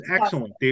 excellent